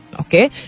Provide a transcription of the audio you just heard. okay